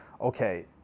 okay